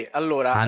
allora